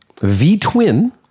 V-twin